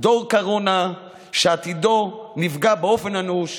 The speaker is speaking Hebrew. דור קורונה שעתידו נפגע באופן אנוש.